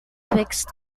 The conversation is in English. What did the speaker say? twixt